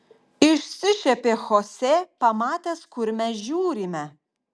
išsišiepė chose pamatęs kur mes žiūrime